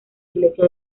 iglesia